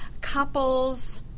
couples